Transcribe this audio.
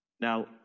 now